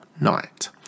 night